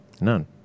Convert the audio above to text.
None